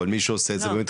אבל מי שעושה את זה באמת,